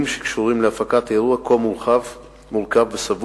שקשורים להפקת אירוע כה מורכב וסבוך,